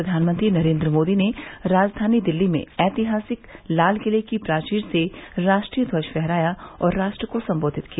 प्रधानमंत्री नरेंद्र मोदी ने राजधानी दिल्ली में ऐतिहासिक लाल किले की प्राचीर से राष्ट्रीय ध्वज फहराया और राष्ट्र को संबोधित किया